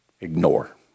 Ignore